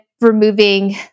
removing